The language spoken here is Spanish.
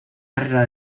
carrera